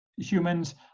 humans